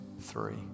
three